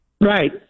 right